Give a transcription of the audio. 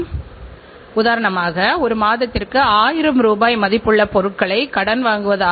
மற்றும் இந்த நிறுவனத்தின் ஆக்டிவா மிகவும் விருப்பமான பிராண்டாகும்